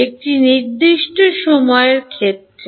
একটি নির্দিষ্ট সময় ক্ষেত্রে ক্ষেত্র